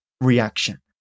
reaction